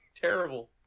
Terrible